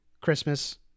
Christmas